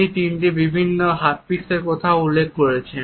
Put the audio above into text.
তিনি তিনটি ভিন্ন ধরনের হ্যাপটিক্সের কথাও উল্লেখ করেছেন